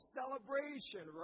celebration